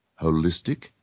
holistic